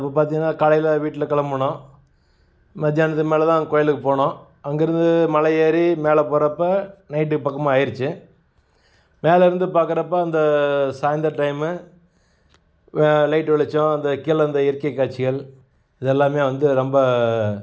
அப்போ பார்த்திங்கன்னா காலையில் வீட்டில கிளம்புனோம் மதியானத்து மேலேதான் கோயிலுக்கு போனோம் அங்கேருந்த மலை ஏறி மேலே போகிறப்ப நைட்டு பக்கமாக ஆயிடுச்சி மேலேருந்து பார்க்குறப்ப அந்த சாயந்தரம் டைம்மு லைட்டு வெளிச்சம் அந்த கீழே இந்த இயற்கை காட்சிகள் இதெல்லாமே வந்து ரொம்ப